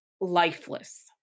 lifeless